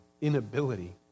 inability